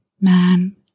man